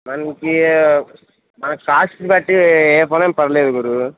మనకి మనకి కాస్ట్ని బట్టి ఏ ఫోన్ అయినా పర్లేదు గురు